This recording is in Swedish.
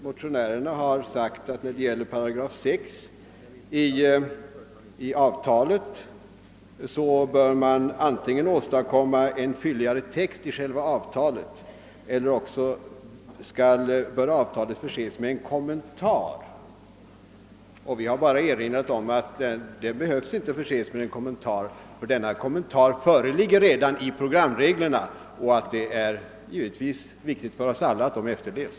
Motionärerna har sagt att man i fråga om § 6 i avtalet bör antingen åstadkomma en fylligare text i själva avtalet eller också bör avtalet förses med en kommentar. Vi har bara erinrat om att den inte behöver förses med en kommentar, därför att denna kommentar redan föreligger i programreglerna. Det är givetvis viktigt för oss alla att de efterlevs.